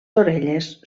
orelles